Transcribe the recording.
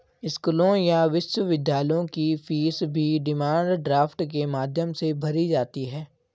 स्कूलों या विश्वविद्यालयों की फीस भी डिमांड ड्राफ्ट के माध्यम से भरी जाती है